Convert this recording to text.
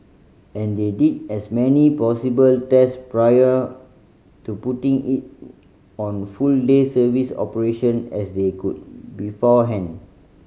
and they did as many possible test prior to putting it on full day service operation as they could beforehand